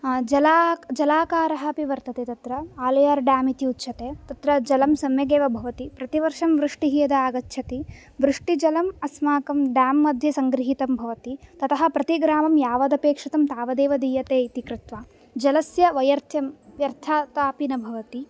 जला जलाकारः अपि वर्तते तत्र आळयार् डाम् इति उच्यते तत्र जलं सम्यगेव भवति प्रतिवर्षं वृष्टिः यदा आगच्छति वृष्टिजलम् अस्माकं डाम् मध्ये सङ्ग्रहीतं भवति ततः प्रतिग्रामं यावदपेक्षितं तावदेव दीयते इति कृत्वा जलस्य वैयर्थ्यं व्यर्थतापि न भवति